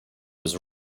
was